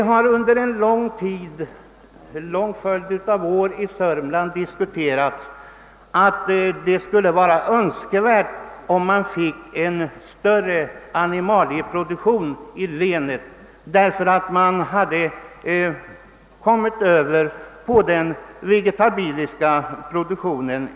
Under en lång följd av år har man i Sörmland diskuterat önskvärdheten att få en större animalieproduktion i länet, eftersom man i alltför hög grad ökat den vegetabiliska produktionen.